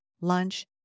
lunch